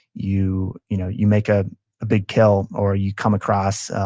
you you know you make a big kill, or you come across